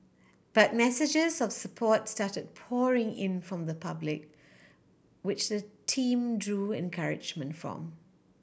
but messages of support started pouring in from the public which the team drew encouragement from